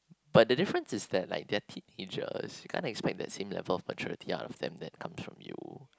but the difference is that like they are teenagers you can't expect that same level of maturity out of them that come from you